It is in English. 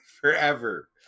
Forever